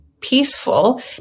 peaceful